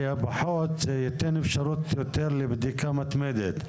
יהיה פחות זה ייתן אפשרות יותר לבדיקה מתמדת,